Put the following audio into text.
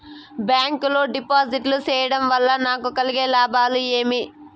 Bank లో డిపాజిట్లు సేయడం వల్ల నాకు కలిగే లాభాలు ఏమేమి?